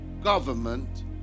government